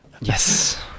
yes